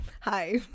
Hi